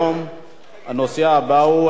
הצעת חוק